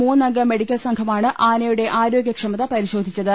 മൂന്നംഗ മെഡിക്കൽ സംഘമാണ് ആനയുടെ ആരോഗൃ ക്ഷമത പരിശോധിച്ചത്